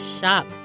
Shop